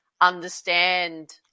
understand